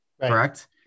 correct